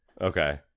okay